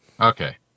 Okay